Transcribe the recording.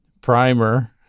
primer